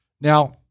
Now